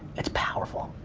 it's powerful.